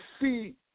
see